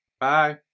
Bye